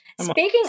speaking